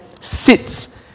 sits